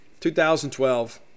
2012